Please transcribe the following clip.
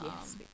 yes